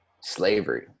slavery